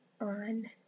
on